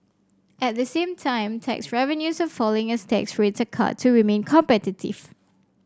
at the same time tax revenues are falling as tax rates are cut to remain competitive